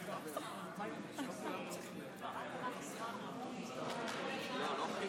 עוד בימים שהיית מגיע לישיבות סיעה כעיתונאי